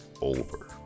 over